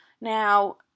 Now